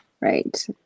Right